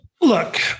look